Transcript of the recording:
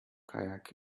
kayak